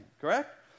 Correct